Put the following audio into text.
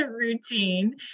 routine